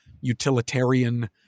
utilitarian